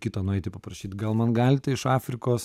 kitą nueiti paprašyt gal man galite iš afrikos